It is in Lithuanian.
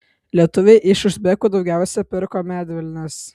lietuviai iš uzbekų daugiausiai pirko medvilnės